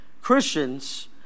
Christians